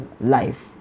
life